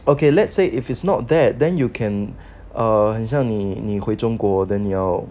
okay let's say if it's not that then you can err 很像你你回中国 than 你要